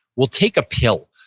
we'll take a pill.